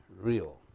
real